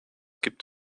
gibt